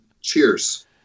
Cheers